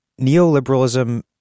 Neoliberalism